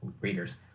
readers